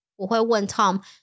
我会问Tom